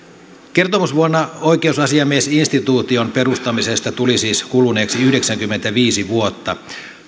kertomusvuonna oikeusasiamiesinstituution perustamisesta tuli siis kuluneeksi yhdeksänkymmentäviisi vuotta